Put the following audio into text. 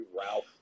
Ralph